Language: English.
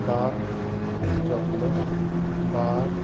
dark chocolate bar